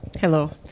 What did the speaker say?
hello,